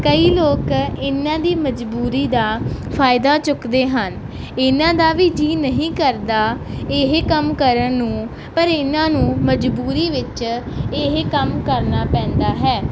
ਕਈ ਲੋਕ ਇਹਨਾਂ ਦੀ ਮਜ਼ਬੂਰੀ ਦਾ ਫਾਇਦਾ ਚੁੱਕਦੇ ਹਨ ਇਹਨਾਂ ਦਾ ਵੀ ਜੀਅ ਨਹੀਂ ਕਰਦਾ ਇਹ ਕੰਮ ਕਰਨ ਨੂੰ ਪਰ ਇਹਨਾਂ ਨੂੰ ਮਜ਼ਬੂਰੀ ਵਿੱਚ ਇਹ ਕੰਮ ਕਰਨਾ ਪੈਂਦਾ ਹੈ